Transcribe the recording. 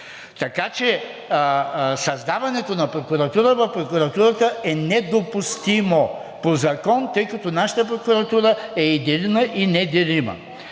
Така че създаването на прокуратура в прокуратурата е недопустимо по закон, тъй като нашата прокуратура е единна и неделима.